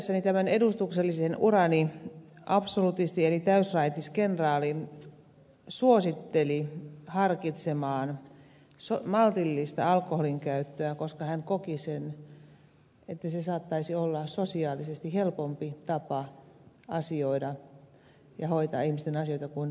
aloittaessani edustuksellisen urani absolutisti eli täysraitis kenraali suositteli harkitsemaan maltillista alkoholin käyttöä koska hän koki että se saattaisi olla sosiaalisesti helpompi tapa asioida ja hoitaa ihmisten asioita kuin täysraittius